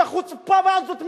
זו חוצפה ועזות מצח.